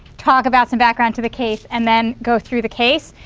talk about some background to the case and then go through the case.